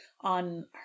on